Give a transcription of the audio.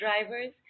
drivers